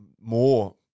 more